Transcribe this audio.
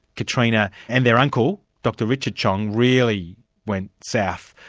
katrina, and their uncle, dr richard tjiong, really went south.